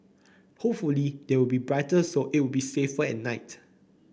hopefully they will be brighter so it'll be safer at night